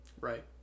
Right